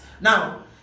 Now